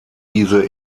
diese